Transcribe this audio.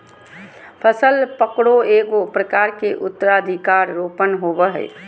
फसल पकरो एगो प्रकार के उत्तराधिकार रोपण होबय हइ